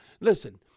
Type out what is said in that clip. Listen